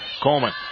Coleman